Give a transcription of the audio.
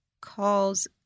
calls